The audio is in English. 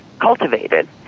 cultivated